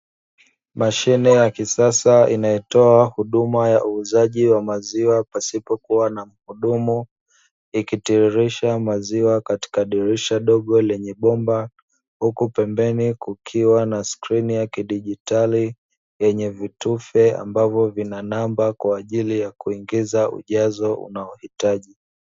Mashine ya kisasa inayotoa huduma ya uuzaji wa maziwa pasipokuwa na mhudumu, ikitiririsha maziwa katika dirisha dogo lenye bomba huku pembeni kukiwa na skirini ya kidigitali yenye vitufe, ambavyo vina namba kwa ajili ya kuingiza ujazo unaohitaji.